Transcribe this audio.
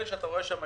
בחשוון.